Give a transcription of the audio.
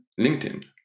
LinkedIn